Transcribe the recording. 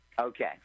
Okay